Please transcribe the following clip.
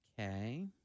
Okay